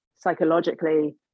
psychologically